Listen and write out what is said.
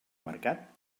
marcat